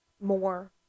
more